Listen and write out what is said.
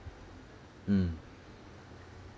mm